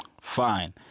Fine